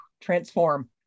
transform